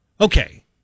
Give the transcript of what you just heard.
Okay